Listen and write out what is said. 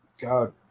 God